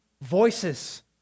voices